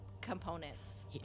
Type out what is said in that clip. components